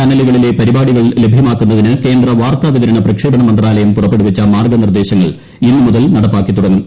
ചാനലുകളിലെ പരിപാടികൾ ലഭ്യമാക്കുന്നതിന് കേന്ദ്ര വാർത്താ വിതരണ പ്രക്ഷേപണ മന്ത്രാലയം പുറപ്പെടുവിച്ച മാർഗനിർദേശങ്ങൾ ഇന്നു മുതൽ നടപ്പാക്കി തുടങ്ങും